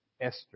Esther